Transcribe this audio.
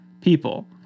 people